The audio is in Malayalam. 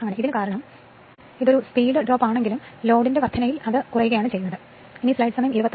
ഇതാണ് കാരണം അതിനാൽ ലോഡിന്റെ വർദ്ധനയോടെ ഇത് വേഗത കുറയുന്നു